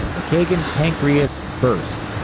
mckagan's pancreas burst.